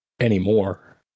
anymore